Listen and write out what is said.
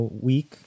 week